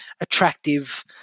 attractive